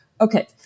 okay